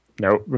no